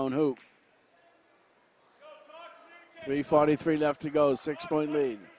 own who three forty three left to go six point lead